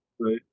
Right